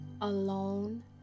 alone